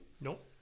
nope